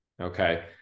okay